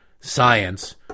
science